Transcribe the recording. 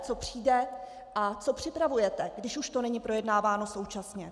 Co přijde a co připravujete, když už to není projednáváno současně?